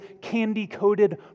candy-coated